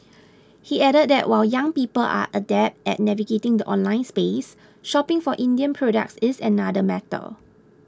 he added that while young people are adept at navigating the online space shopping for Indian products is another matter